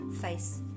face